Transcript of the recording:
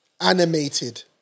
animated